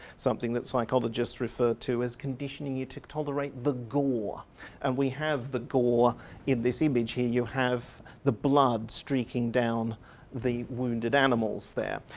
something that psychologists refer to as conditioning you to tolerate the gore and we have the gore in this image here. you have the blood streaking down the wounded animals there.